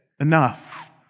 enough